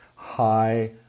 High